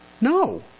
No